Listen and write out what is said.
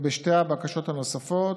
בשתי הבקשות הנוספות,